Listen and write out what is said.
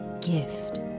gift